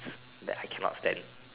that I cannot stand